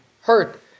hurt